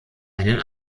einen